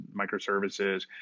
microservices